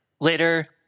Later